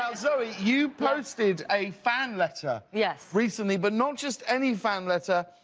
um zooey, you posted a fan letter yeah recently, but not just any fan letter,